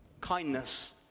kindness